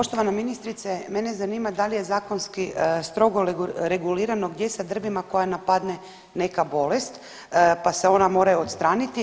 Poštovana ministrice mene zanima da li je zakonski strogo regulirano gdje sa drvima koja napadne neka bolest pa se ona moraju odstraniti?